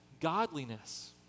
godliness